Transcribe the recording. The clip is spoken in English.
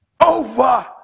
over